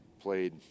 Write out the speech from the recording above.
played